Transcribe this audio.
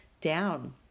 down